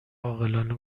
عاقلانه